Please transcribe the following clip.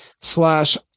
slash